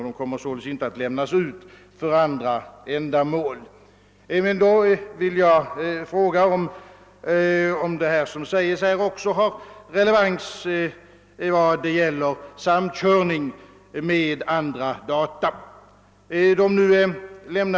De kommer således inte att lämnas ut för andra ändamål.> Jag vill emellertid fråga, om det som här sägs också har relevans i vad gäller samkörning med andra data.